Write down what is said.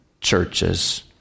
churches